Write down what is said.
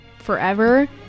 forever